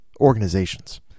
organizations